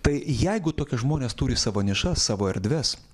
tai jeigu tokie žmonės turi savo nišas savo erdves